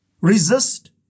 Resist